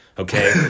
Okay